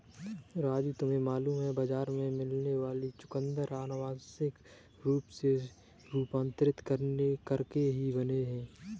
राजू तुम्हें मालूम है बाजार में मिलने वाले चुकंदर अनुवांशिक रूप से रूपांतरित करके ही बने हैं